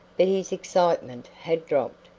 but his excitement had dropped.